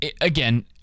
Again